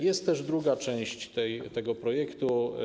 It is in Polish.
Jest też druga część tego projektu.